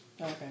Okay